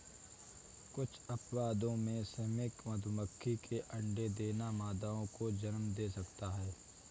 कुछ अपवादों में, श्रमिक मधुमक्खी के अंडे देना मादाओं को जन्म दे सकता है